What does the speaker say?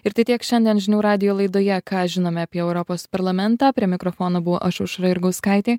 ir tai tiek šiandien žinių radijo laidoje ką žinome apie europos parlamentą prie mikrofono buvau aš aušra jurgauskaitė